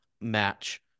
match